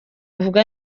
uvuga